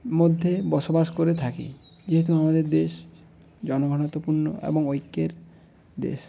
মধ্যে বসবাস করে থাকি যেহেতু আমাদের দেশ জনঘনত্বপূর্ণ এবং ঐক্যের দেশ